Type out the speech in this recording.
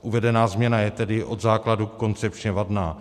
Uvedená změna je tedy od základu koncepčně vadná.